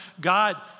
God